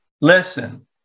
listen